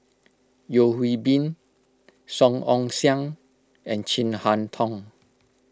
Yeo Hwee Bin Song Ong Siang and Chin Harn Tong